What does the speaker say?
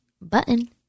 button